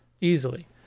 Easily